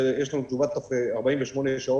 יש לנו תשובה תוך 48 שעות.